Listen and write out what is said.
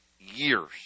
years